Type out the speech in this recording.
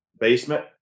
basement